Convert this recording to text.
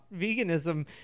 veganism